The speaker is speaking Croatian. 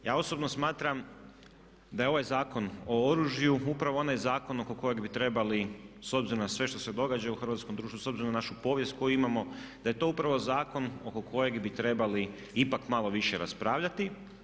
Ja osobno smatram da je ovaj Zakon o oružju upravo onaj zakon oko kojeg bi trebali s obzirom na sve što se događa u hrvatskom društvu, s obzirom na našu povijest koju imamo, da je to upravo zakon oko kojeg bi trebali ipak malo više raspravljati.